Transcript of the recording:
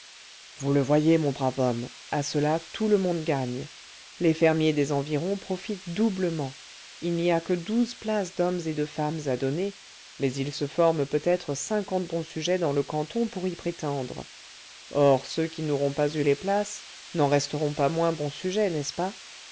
vous le voyez mon brave homme à cela tout le monde gagne les fermiers des environs profitent doublement il n'y a que douze places d'hommes et de femmes à donner mais il se forme peut-être cinquante bons sujets dans le canton pour y prétendre or ceux qui n'auront pas eu les places n'en resteront pas moins bons sujets n'est-ce pas